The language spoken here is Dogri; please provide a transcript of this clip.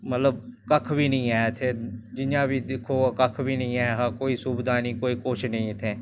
टीवी च भेजदी ऐ इक दिन पैह्लै फिर दूऐ दिन फोन च बी भेजदी ऐ फिर दूऐ दिन अखबार च